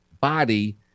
body